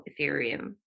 Ethereum